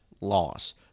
loss